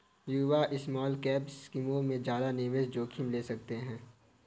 युवा स्मॉलकैप स्कीमों में ज्यादा निवेश जोखिम ले सकते हैं